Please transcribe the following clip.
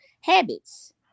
habits